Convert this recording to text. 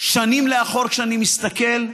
שנים לאחור, כשאני מסתכל,